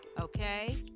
okay